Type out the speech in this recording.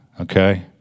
Okay